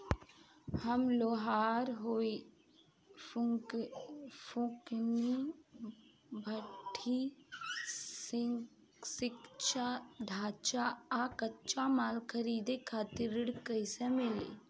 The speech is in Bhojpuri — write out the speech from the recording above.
हम लोहार हईं फूंकनी भट्ठी सिंकचा सांचा आ कच्चा माल खरीदे खातिर ऋण कइसे मिली?